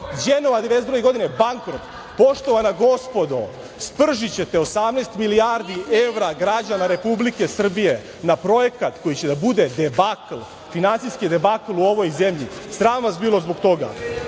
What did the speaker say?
Đenova 1992. godine – bankrot. Poštovana gospodo, spržićete 18 milijardi evra građana Republike Srbije na projekat koji će da bude debakl, finansijski debakl u ovoj zemlji. Sram vas bilo zbog toga.